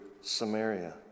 Samaria